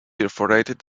perforated